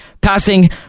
passing